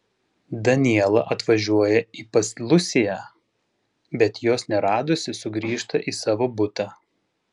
daniela atvažiuoja į pas lusiją bet jos neradusi sugrįžta į savo butą